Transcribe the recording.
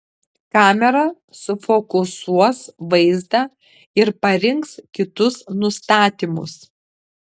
kamera sufokusuos vaizdą ir parinks kitus nustatymus